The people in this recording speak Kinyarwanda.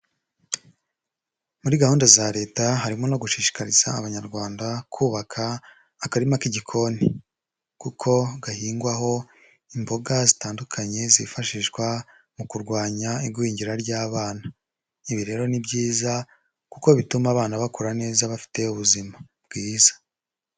Muri gahunda za leta harimo no gushishikariza abanyarwanda kubaka akarima k'igikoni kuko gahingwaho imboga zitandukanye zifashishwa mu kurwanya igwingira ry'abana. Ibi rero ni byiza kuko bituma abana bakura neza bafite ubuzima bwiza.